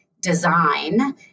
design